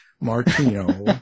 Martino